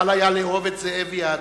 קל היה לאהוב את זאבי האדם,